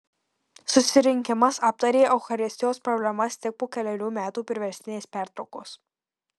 susirinkimas aptarė eucharistijos problemas tik po kelerių metų priverstinės pertraukos